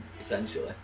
essentially